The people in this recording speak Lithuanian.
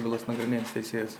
bylas nagrinėjantis teisėjas